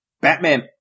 Batman